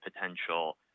potential